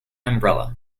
umbrella